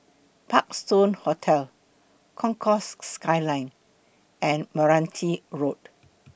Parkstone Hotel Concourse Skyline and Meranti Road